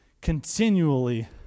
continually